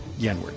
Yenward